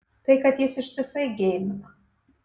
tai kad jis ištisai geimina